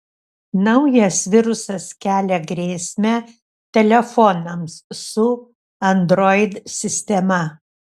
naujas virusas kelia grėsmę telefonams su android sistema